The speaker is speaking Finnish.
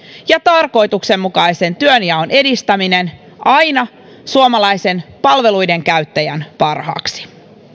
ja tarkoituksenmukaisen työnjaon edistäminen aina suomalaisen palveluiden käyttäjän parhaaksi